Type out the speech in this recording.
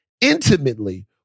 intimately